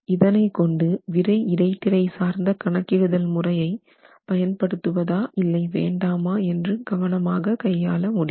இதனைக் கொண்டு விறை இடைத்திரை சார்ந்த கணக்கிடுதல் முறையை பயன்படுத்துவதா இல்லை வேண்டாமா என்று கவனமாக கையாளமுடியும்